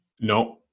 no